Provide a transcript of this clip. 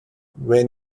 when